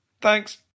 Thanks